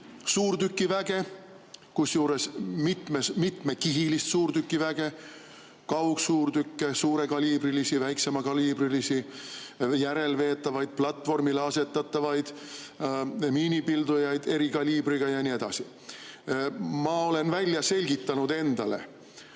suurtükiväge, kusjuures mitmekihilist suurtükiväge: kaugsuurtükke, suurekaliibrilisi, väiksemakaliibrilisi, järelveetavaid, platvormile asetatavaid, eri kaliibriga miinipildujaid ja nii edasi. Ma olen välja selgitanud endale,